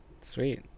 sweet